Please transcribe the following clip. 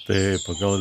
tai pagal